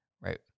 right